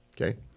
okay